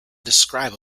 describe